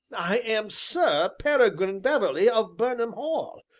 i am sir peregrine beverley of burnham hall,